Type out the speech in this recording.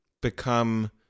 become